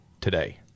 today